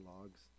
logs